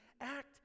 act